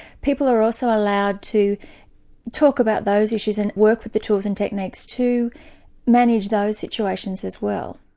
people are also allowed to talk about those issues and work with the tools and techniques to manage those situations as well.